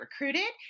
recruited